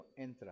entra